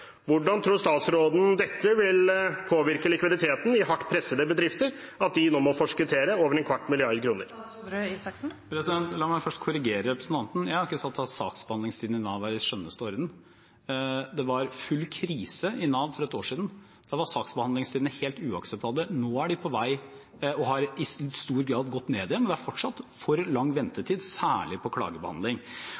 Hvordan tror statsråden det vil påvirke likviditeten i hardt pressede bedrifter at de nå må forskuttere over en kvart milliard kroner? La meg først korrigere representanten: Jeg har ikke sagt at saksbehandlingstiden i Nav «er i skjønneste orden». Det var full krise i Nav for ett år siden. Da var saksbehandlingstidene helt uakseptable. Nå er de på vei ned og har i stor grad gått ned igjen, men det er fortsatt for lang